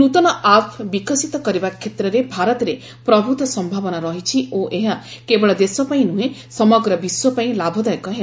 ନ୍ତନ ଆପ୍ ବିକଶିତ କରିବା କ୍ଷେତ୍ରରେ ଭାରତରେ ପ୍ରଭୃତ ସମ୍ଭାବନା ରହିଛି ଓ ଏହା କେବଳ ଦେଶ ପାଇଁ ନୁହେଁ ସମଗ୍ର ବିଶ୍ୱପାଇଁ ଲାଭଦାୟକ ହେବ